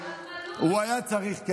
הוא היה צריך,